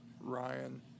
Ryan